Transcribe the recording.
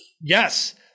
Yes